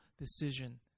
decision